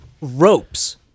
ropes